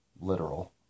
literal